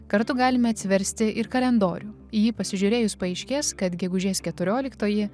kartu galime atsiversti ir kalendorių į jį pasižiūrėjus paaiškės kad gegužės keturioliktoji